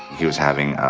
he was having